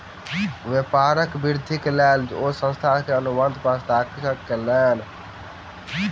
व्यापारक वृद्धिक लेल ओ संस्थान सॅ अनुबंध पर हस्ताक्षर कयलैन